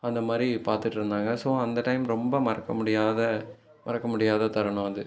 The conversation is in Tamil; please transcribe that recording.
அந்தமாதிரி பாத்துட்டு இருந்தாங்கள் ஸோ அந்த டைம் ரொம்ப மறக்க முடியாத மறக்க முடியாத தருணம் அது